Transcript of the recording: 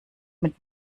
mit